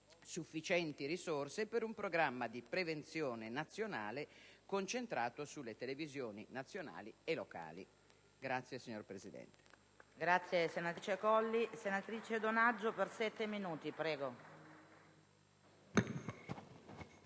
sufficienti risorse per un programma di prevenzione nazionale concentrato sulle televisioni nazionali e locali. *(Applausi dal Gruppo PdL.